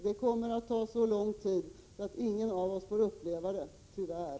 Det kommer att ta så lång tid att ingen av oss får uppleva det — tyvärr.